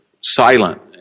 silent